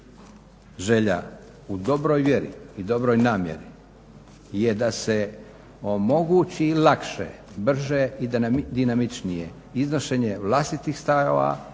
želja u dobroj vjeri i dobroj namjeri je da se omogući lakše, brže i dinamičnije iznošenje vlastitih stavova,